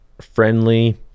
friendly